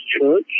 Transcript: Church